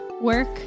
work